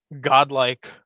godlike